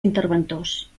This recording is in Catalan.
interventors